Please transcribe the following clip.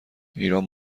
ایران